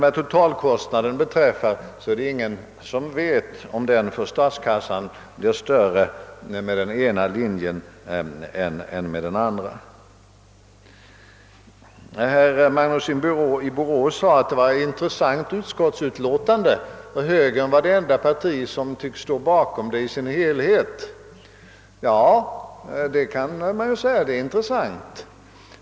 Vad vidare gäller totalkostnaden är det ingen som vet, om den för statskassan blir större vid genomförande av det ena eller andra förslaget. Herr Magnusson i Borås sade att detta var ett intressant utskottsutlåtande; bögern var nämligen det enda parti, som står bakom det i dess helhet. Ja, det kan man säga.